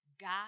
God